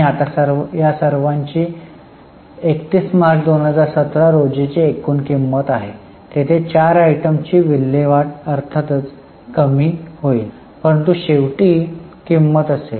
आता या सर्वांची 31 मार्च 2017 रोजीची एकूण किंमत आहे तेथे चार आयटमची विल्हेवाट अर्थातच कमी होईल परंतु शेवटी किंमत असेल